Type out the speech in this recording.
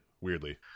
weirdly